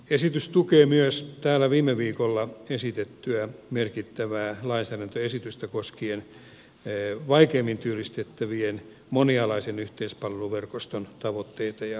esitys tukee myös täällä viime viikolla esitettyä merkittävää lainsäädäntöesitystä koskien vaikeimmin työllistettävien monialaisen yhteispalveluverkoston tavoitteita ja tuloksellisuutta